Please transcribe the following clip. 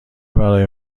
برای